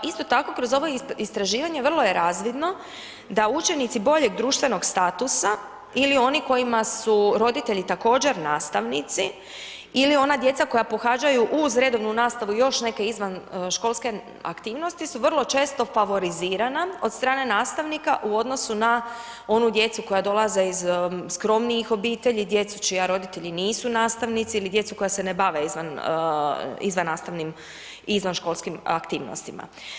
Isto tako kroz ova istraživanja vrlo je razvidno, da učenici boljeg društvenog statusa ili oni kojima su roditelji također nastavnici ili ona djeca koja pohađaju uz redovnu nastavu još neke izvanškolske aktivnosti, su vrlo često favorizirana od strane nastavnika, u odnosu na onu djecu koja dolaze iz skromnijih obitelji, djecu čiji roditelji nisu nastavnici ili djeca koja se ne bave izvannastavnim, izvanškolskim aktivnostima.